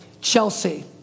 Chelsea